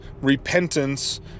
repentance